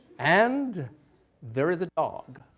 and there is a dog.